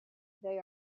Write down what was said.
they